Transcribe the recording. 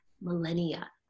millennia